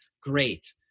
great